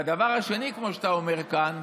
והדבר השני, כמו שאתה אומר כאן,